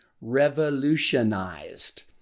revolutionized